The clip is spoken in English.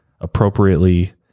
appropriately